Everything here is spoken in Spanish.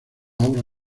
obra